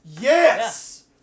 yes